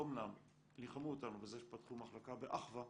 אומנם ניחמו אותנו בזה שפתחו מחלקה באחווה,